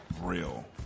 real